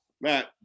Matt